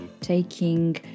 Taking